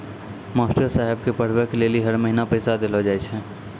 master साहेब के पढ़बै के लेली हर महीना पैसा देलो जाय छै